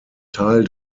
teil